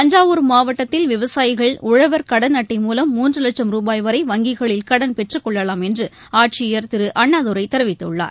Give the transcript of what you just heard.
தஞ்சாவூர் மாவட்டத்தில் விவசாயிகள் உழவர் கடன் அட்டை மூலம் மூன்று லட்சம் ருபாய் வரை வங்கிகளில் கடன் பெற்றுக்கொள்ளலாம் என்று ஆட்சியர் திரு அண்ணாதுரை தெரிவித்துள்ளார்